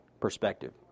perspective